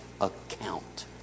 account